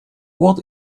what